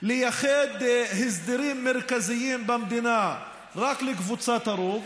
לייחד הסדרים מרכזיים במדינה רק לקבוצת הרוב,